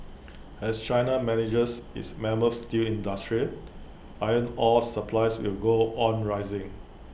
as China manages its mammoth steel industry iron ore supplies will go on rising